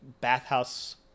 bathhouse